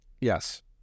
yes